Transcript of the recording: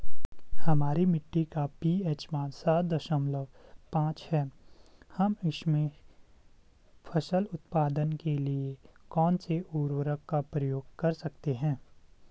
हमारी मिट्टी का पी.एच मान सात दशमलव पांच है हम इसमें फसल उत्पादन के लिए कौन से उर्वरक का प्रयोग कर सकते हैं?